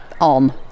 on